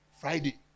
Friday